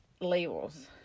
Labels